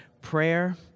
prayer